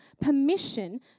permission